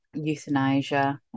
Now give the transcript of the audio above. euthanasia